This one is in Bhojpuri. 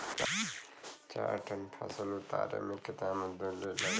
चार टन फसल उतारे में कितना मजदूरी लागेला?